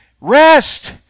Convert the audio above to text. Rest